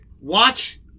watch